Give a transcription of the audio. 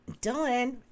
Dylan